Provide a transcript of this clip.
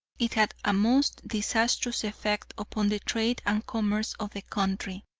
it had a most disastrous effect upon the trade and commerce of the country.